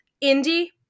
Indy